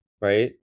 right